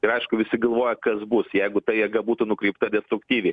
ir aišku visi galvoja kas bus jeigu ta jėga būtų nukreipta destruktyviai